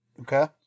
Okay